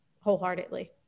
wholeheartedly